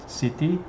city